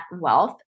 wealth